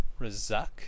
Razak